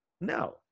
No